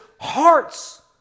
hearts